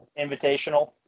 Invitational